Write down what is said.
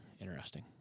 interesting